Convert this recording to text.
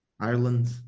Ireland